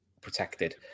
protected